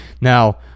now